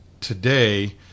today